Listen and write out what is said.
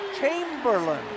Chamberlain